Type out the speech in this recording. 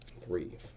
Three